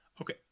Okay